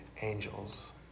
angels